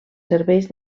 serveis